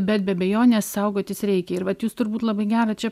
bet be abejonės saugotis reikia ir vat jūs turbūt labai gerą čia